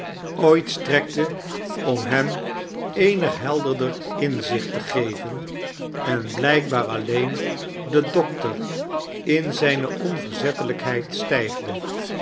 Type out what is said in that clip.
ooit etrekte om hem eeinig heiderdeir inzicht te geven en blijkbaar alleen den doctor in zijne onverzettelijkheid stijfde